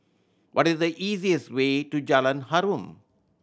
what is the easiest way to Jalan Harum